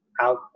out